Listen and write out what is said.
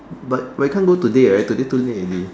but wait I can't go today right today too late already